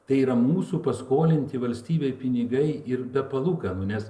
tai yra mūsų paskolinti valstybei pinigai ir be palūkanų nes